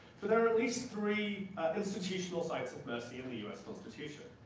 for there are at least three institutional cites of mercy in the us constitution.